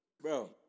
Bro